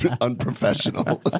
unprofessional